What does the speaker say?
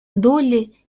долли